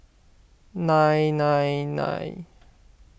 nine nine nine